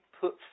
put